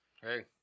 hey